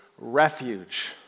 refuge